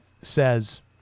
says